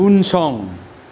उनसं